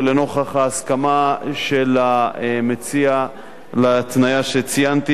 ולנוכח ההסכמה של המציע להתניה שציינתי,